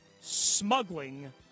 smuggling